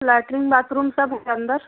latrine bathroom सब होगा अंदर